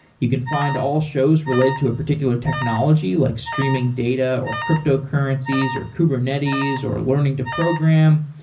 you can find all shows related to a particular technology, like streaming data or cryptocurrencies, or kubernetes or learning to program.